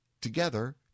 together